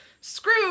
Screw